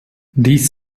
these